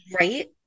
Right